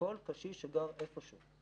מכל קשיש שגר איפה שהוא.